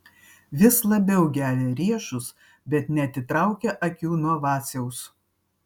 vis labiau gelia riešus bet neatitraukia akių nuo vaciaus